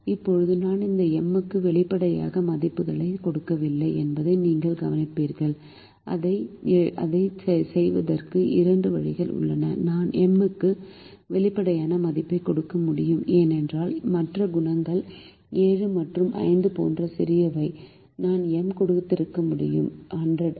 இப்போது நான் இந்த M க்கு வெளிப்படையான மதிப்பைக் கொடுக்கவில்லை என்பதை நீங்கள் கவனிப்பீர்கள் அதைச் செய்வதற்கு இரண்டு வழிகள் உள்ளன நான் M க்கு வெளிப்படையான மதிப்பைக் கொடுக்க முடியும் ஏனென்றால் மற்ற குணகங்கள் 7 மற்றும் 5 போன்ற சிறியவை நான் M கொடுத்திருக்க முடியும் 100